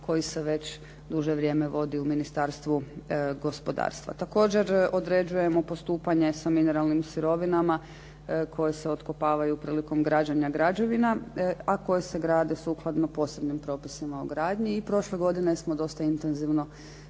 koji se već duže vrijeme vodi u Ministarstvu gospodarstva. Također određujemo postupanje sa mineralnim sirovinama koje se otkopavaju prilikom građenja građevina a koje se grade sukladno posebnim propisima o gradnji i prošle godine smo dosta intenzivno